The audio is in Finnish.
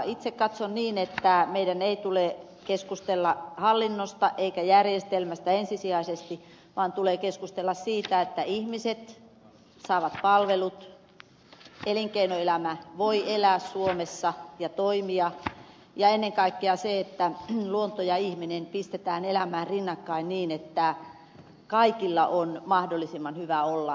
itse katson niin että meidän ei tule keskustella hallinnosta eikä järjestelmästä ensisijaisesti vaan tulee keskustella siitä että ihmiset saavat palvelut elinkeinoelämä voi elää suomessa ja toimia ja ennen kaikkea siitä että luonto ja ihminen pistetään elämään rinnakkain niin että kaikilla on mahdollisimman hyvä olla